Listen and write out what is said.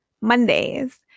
Mondays